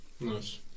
Nice